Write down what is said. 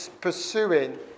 pursuing